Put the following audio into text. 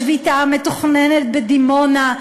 בשביתה המתוכננת בדימונה,